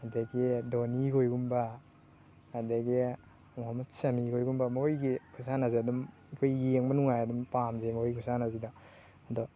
ꯑꯗꯒꯤ ꯗꯣꯅꯤ ꯍꯣꯏꯒꯨꯝꯕ ꯑꯗꯒꯤ ꯃꯨꯍꯝꯃꯠ ꯁꯥꯃꯤꯔ ꯍꯣꯏꯒꯨꯝꯕ ꯃꯣꯏꯒꯤ ꯈꯨꯁꯥꯟꯅꯁꯦ ꯑꯗꯨꯝ ꯑꯩꯈꯣꯏ ꯌꯦꯡꯕ ꯅꯨꯡꯉꯥꯏ ꯑꯗꯨꯝ ꯄꯥꯝꯖꯩ ꯃꯣꯏꯒꯤ ꯈꯨꯁꯥꯟꯅꯁꯤꯗ ꯑꯗꯣ